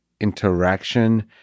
interaction